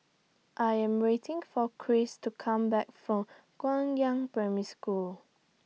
I Am waiting For Chris to Come Back from Guangyang Primary School